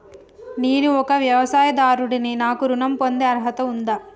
నేను ఒక వ్యవసాయదారుడిని నాకు ఋణం పొందే అర్హత ఉందా?